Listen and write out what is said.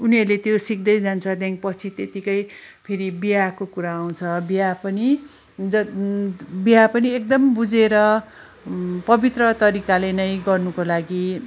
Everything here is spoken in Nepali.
उनीहरूले त्यो सिक्दै जान्छ त्यहाँदेखि पछि त्यतिकै फेरि विवाहको कुरा आउँछ विवाह पनि एकदम बुझेर पवित्र तरिकाले नै गर्नुको लागि